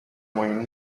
moim